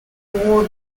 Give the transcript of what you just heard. award